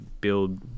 build